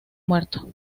muerto